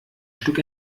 stück